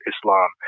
Islam